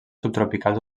subtropicals